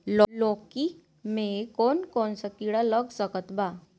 लौकी मे कौन कौन सा कीड़ा लग सकता बा?